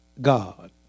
God